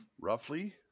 roughly